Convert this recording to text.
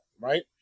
right